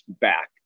back